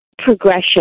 progression